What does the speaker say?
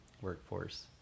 workforce